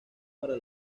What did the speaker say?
para